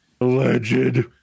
alleged